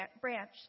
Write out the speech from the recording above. branch